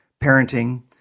parenting